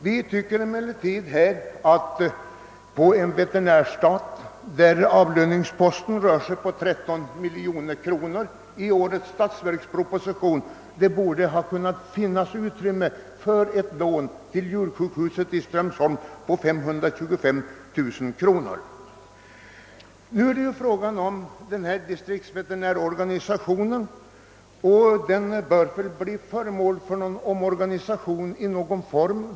Vi tycker emellertid att det på en veterinärstat, där avlöningsposten rör sig om 13 miljoner kronor i årets statsverksproposition, borde finnas utrymme även för ett lån till djur Nu är det väl fråga om huruvida inte distriktsveterinärorganisationen bör bli föremål för omorganisation i någon form.